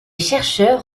chercheurs